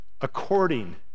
according